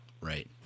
right